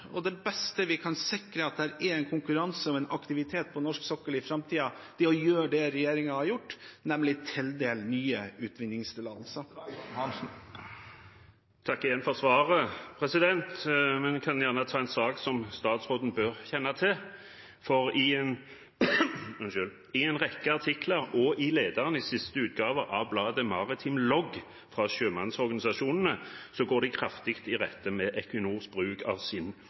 Og den beste måten vi kan sikre at det er en konkurranse og aktivitet på norsk sokkel i framtiden på, er ved å gjøre det regjeringen har gjort, nemlig å tildele nye utvinningstillatelser. Jeg takker igjen for svaret. Jeg kan gjerne ta en sak som statsråden bør kjenne til, for i en rekke artikler og i lederen i siste utgave av bladet Maritim Logg, fra sjømannsorganisasjonene, går de kraftig i rette med Equinors bruk av